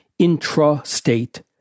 intrastate